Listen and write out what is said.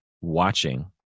watching